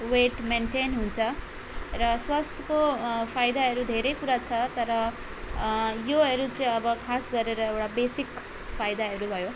weight maintain हुन्छ र स्वास्थ्यको फाइदाहरू धेरै कुरा छ तर योहरू चाहिँ अब खास गरेर एउटा बेसिक फाइदाहरू भयो